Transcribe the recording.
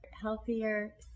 healthier